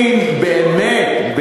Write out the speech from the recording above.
מן, באמת,